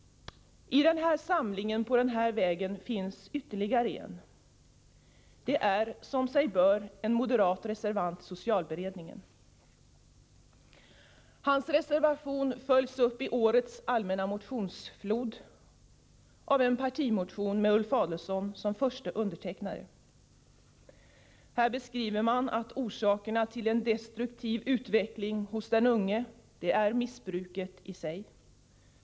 I samlingen på den här vägen finns ytterligare en. Det är, som sig bör, en moderat reservant i socialberedningen. Hans reservation följs i årets allmänna motionsflod upp av en partimotion med Ulf Adelsohn som förste undertecknare. Där beskriver man att orsakerna till en destruktiv utveckling hos den unge är missbruket i sig.